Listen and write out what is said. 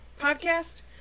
podcast